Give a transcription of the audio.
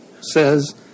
says